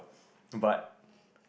but